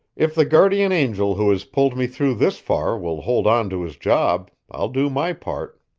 if the guardian angel who has pulled me through this far will hold on to his job, i'll do my part.